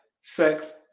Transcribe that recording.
sex